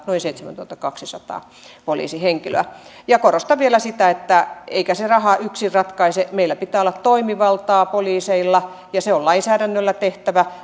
noin seitsemäntuhattakaksisataa poliisihenkilöä korostan vielä sitä että ei se raha yksin ratkaise meillä pitää olla toimivaltaa poliiseilla ja se on lainsäädännöllä tehtävä